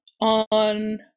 on